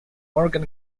morgan